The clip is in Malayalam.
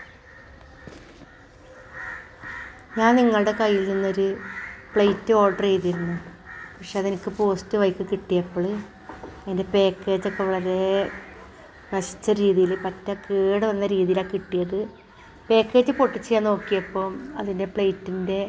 ഞാൻ നിങ്ങളുടെ കയ്യിൽ നിന്നൊര് പ്ലേറ്റ് ഓർഡർ ചെയ്തിരുന്നു പക്ഷേ അതെനിക്ക് പോസ്റ്റ് വഴിക്ക് കിട്ടിയപ്പള് അതിന്റെ പാക്കേജോക്കെ വളരേ നശിച്ച രീതിയിൽ പറ്റ കേട് വന്ന രീതിയിലാണ് കിട്ടിയത് പേക്കേജ് പൊട്ടിച്ച് ഞാൻ നോക്കിയപ്പം അതിന്റെ പ്ലേയ്റ്റിന്റെ